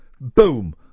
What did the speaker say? boom